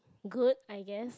good I guess